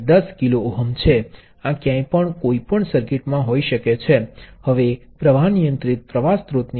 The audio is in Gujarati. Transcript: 5 મિલી એમ્પિયર વહે છે તેથી તે પ્રવાહ નિયંત્રિત પ્રવાહ સ્ત્રોત છે